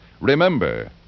Remember